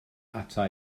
ata